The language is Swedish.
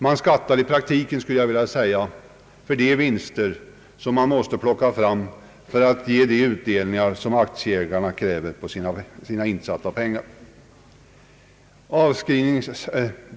Man skattar i praktiken, skulle jag vilja säga, för de vinster som man måste plocka fram för att ge de utdelningar som aktieägarna kräver på sina insatta pengar.